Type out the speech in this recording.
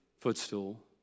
footstool